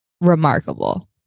remarkable